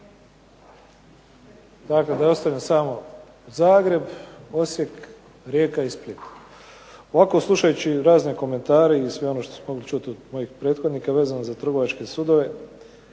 da je ostavljen samo Zagreb, Osijek, Rijeka i Split. Ovako slušajući razne komentare i sve ono što smo mogli čuti od mojih prethodnika vezano za trgovačke sudove